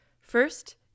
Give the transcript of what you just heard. First